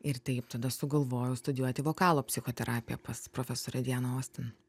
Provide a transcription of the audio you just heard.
ir taip tada sugalvojau studijuoti vokalo psichoterapiją pas profesorę dianą ostin